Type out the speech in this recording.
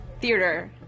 theater